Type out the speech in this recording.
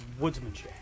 woodsmanship